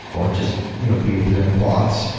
or just you know be with your own thoughts.